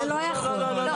זה לא יכול להיות.